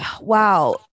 wow